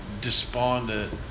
despondent